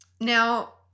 Now